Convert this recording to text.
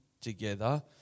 together